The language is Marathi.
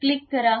क्लिक करा